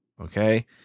Okay